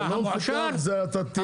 הלא מפוקח, אתה יודע איפה אתה תהיה?